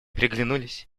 переглянулись